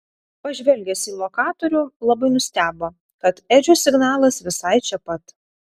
pažvelgęs į lokatorių labai nustebo kad edžio signalas visai čia pat